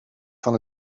van